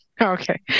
okay